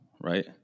right